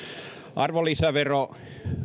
arvonlisäveroennuste